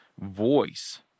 voice